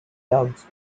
ducks